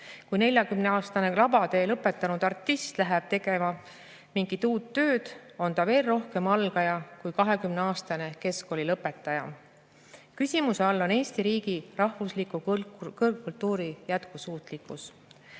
Kui 40‑aastane lavatee lõpetanud artist läheb tegema mingit uut tööd, on ta veel rohkem algaja kui 20‑aastane keskkoolilõpetaja. Küsimuse all on Eesti riigi rahvusliku kõrgkultuuri jätkusuutlikkus.